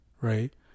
Right